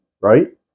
right